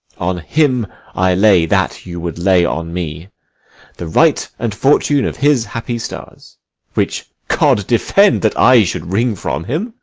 on him i lay that you would lay on me the right and fortune of his happy stars which god defend that i should wring from him!